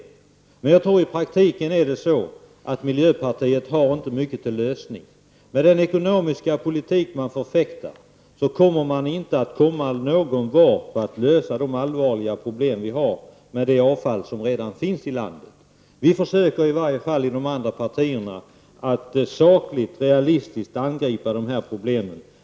I praktiken tror jag att det förhåller sig så, att miljöpartiet inte har mycket tilllösning. Med den ekonomiska politik man förfäktar kommer man inte att komma någonvart med att lösa de allvarliga problem vi har med det avfall som redan finns i landet. Vi i de andra partierna försöker i alla fall att sakligt och realistiskt angripa dessa problem.